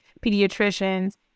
pediatricians